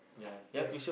right